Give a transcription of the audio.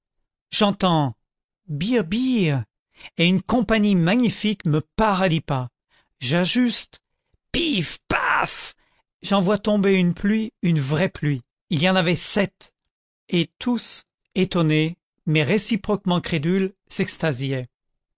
birr birr et une compagnie magnifique me part à dix pas j'ajuste pif paf j'en vois tomber une pluie une vraie pluie il y en avait sept et tous étonnés mais réciproquement crédules s'extasiaient